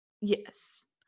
Yes